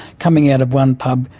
coming out of one pub,